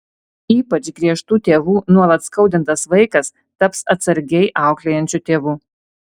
ypač griežtų tėvų nuolat skaudintas vaikas taps atsargiai auklėjančiu tėvu